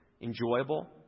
enjoyable